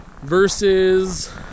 versus